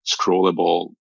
scrollable